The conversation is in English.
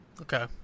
Okay